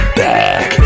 back